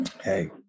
Hey